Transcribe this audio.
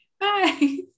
Bye